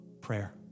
Prayer